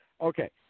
Okay